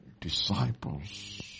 disciples